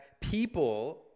people